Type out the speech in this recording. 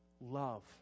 love